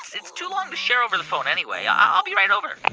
it's too long to share over the phone, anyway. i'll be right over